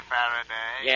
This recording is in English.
Faraday